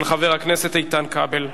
של חבר הכנסת איתן כבל.